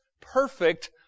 perfect